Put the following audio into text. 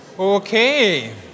Okay